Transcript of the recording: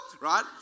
Right